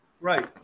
right